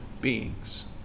beings